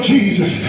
Jesus